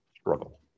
struggle